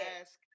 Ask